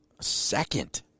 Second